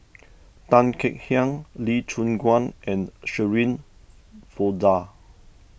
Tan Kek Hiang Lee Choon Guan and Shirin Fozdar